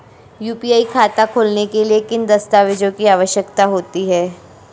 UPI खाता खोलने के लिए किन दस्तावेज़ों की आवश्यकता होती है?